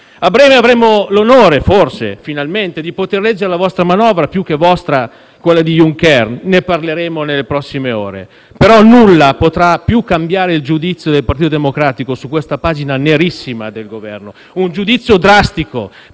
A breve avremo forse l'onore, finalmente, di poter leggere la vostra manovra (più che vostra, quella di Junker). Ne parleremo nelle prossime ore, però nulla potrà più cambiare il giudizio del Partito Democratico su questa pagina nerissima del Governo: un giudizio drastico,